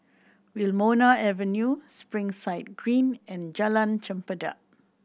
Wilmonar Avenue Springside Green and Jalan Chempedak